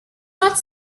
not